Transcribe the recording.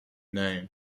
name